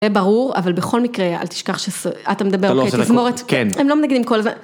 זה ברור, אבל בכל מקרה אל תשכח שאתה מדבר, תזמורת, כן, הם לא מנגנים כל הזמן.